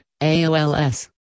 AOLS